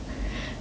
okay